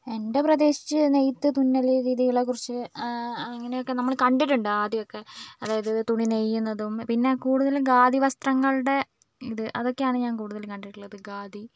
എന്റെ പ്രദേശത്തെ നെയ്ത്ത് തുന്നല് രിതികളെ കുറിച്ച് ആ അങ്ങനെ ഒക്കെ നമ്മള് കണ്ടിട്ടുണ്ട് ആദ്യമൊക്കെ അതായത് തുണി നെയ്യുന്നതും പിന്നെ കൂടുതലും ഖാദി വസ്ത്രങ്ങളുടെ അതൊക്കെയാണ് ഞാന് കൂടുതലും കണ്ടിട്ടുള്ളത് ഖാദി